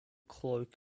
cloak